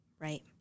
right